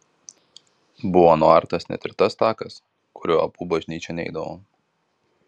buvo nuartas net ir tas takas kuriuo abu bažnyčion eidavo